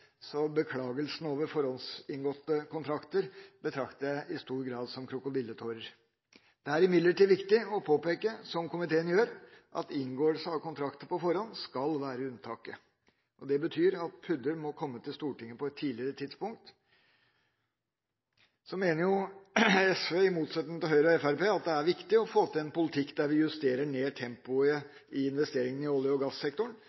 så beklagelsen over forhåndsinngåtte kontrakter betrakter jeg i stor grad som krokodilletårer. Det er imidlertid viktig å påpeke – som komiteen gjør – at inngåelse av kontrakter på forhånd skal være unntaket. Det betyr at PUD-er må komme til Stortinget på et tidligere tidspunkt. Så mener SV, i motsetning til Høyre og Fremskrittspartiet, at det er viktig å få til en politikk der vi justerer ned tempoet i investeringene i olje- og gassektoren,